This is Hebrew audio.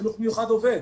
חינוך מיוחד עובד,